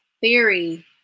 theory